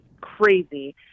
crazy